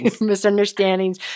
Misunderstandings